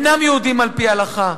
אינם יהודים על-פי ההלכה.